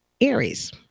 Aries